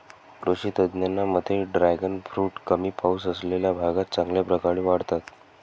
कृषी तज्ज्ञांच्या मते ड्रॅगन फ्रूट कमी पाऊस असलेल्या भागात चांगल्या प्रकारे वाढतात